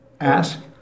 Ask